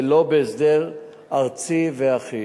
ולא בהסדר ארצי ואחיד.